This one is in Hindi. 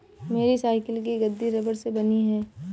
मेरी साइकिल की गद्दी रबड़ से बनी है